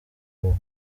uwo